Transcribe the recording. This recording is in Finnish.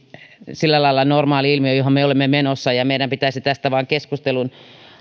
sillä lailla normaali ilmiö johon me olemme menossa ja meidän pitäisi tästä vain keskustelun